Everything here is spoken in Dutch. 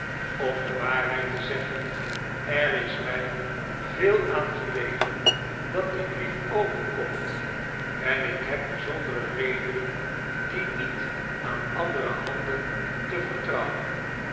om de waarheid te zeggen er is mij veel aan gelegen dat die brief overkomt en ik heb bijzondere redenen dien niet aan andere handen te vertrouwen